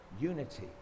unity